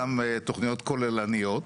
גם תוכניות כוללניות.